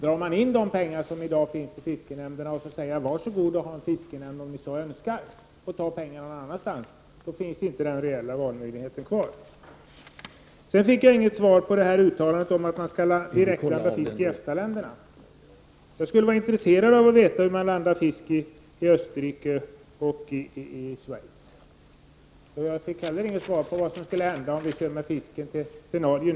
Drar man in de pengar som i dag finns för fiskenämnder och säger att det är upp till länsstyrelserna att avgöra om de skall ha fiskenämnder, men att de i så fall får ta pengarna någon annanstans ifrån, då finns det inte någon reell valmöjlighet kvar. Jag fick inte heller någon kommentar till uttalandet om att man skall direktlanda fisk i EFTA-länderna. Jag är intresserad av att veta hur man landar fisk i Österrike och i Schweiz. Kaj Larsson svarade inte heller på vad som händer om vi fraktar fisken till Norge.